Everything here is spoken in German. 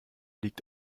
liegt